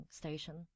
station